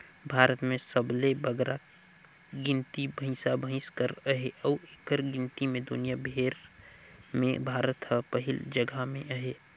भारत में सबले बगरा गिनती भंइसा भंइस कर अहे अउ एकर गिनती में दुनियां भेर में भारत हर पहिल जगहा में अहे